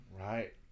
Right